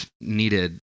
needed